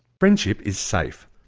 friendship is safe.